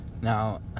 Now